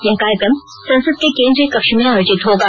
यह कार्यक्रम संसद के केन्द्रीय कक्ष में आयोजित होगा